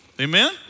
Amen